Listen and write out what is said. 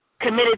committed